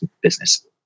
business